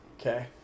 Okay